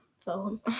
phone